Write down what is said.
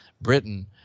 Britain